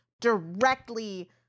directly